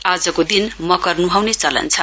आजको दिन मकर नुहाउने चलन छ